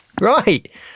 Right